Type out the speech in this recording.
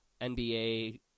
NBA